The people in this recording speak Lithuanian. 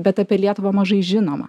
bet apie lietuvą mažai žinoma